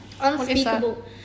Unspeakable